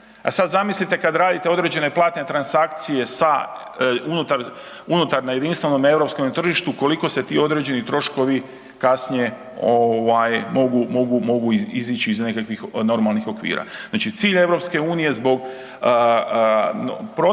A sad zamislite kad radite određene platne transakcije sa unutar na jedinstvenom europskom tržištu, koliko se ti određene troškovi kasnije mogu izići iz nekakvih normalnih okvira. Znači cilj EU zbog protoka